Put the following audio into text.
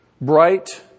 Bright